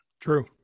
True